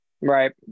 Right